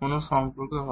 কোন সম্পর্ক হবে